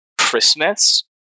Christmas